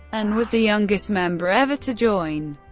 and was the youngest member ever to join.